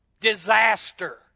disaster